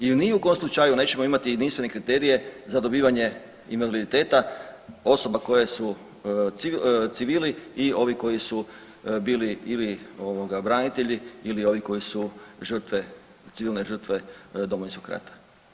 I u ni kom slučaju nećemo imati jedinstvene kriterije za dobivanje invaliditeta osoba koji su civili i ovi koji su bili ili branitelji ili ovi koji su žrtve, civilne žrtve Domovinskog rata.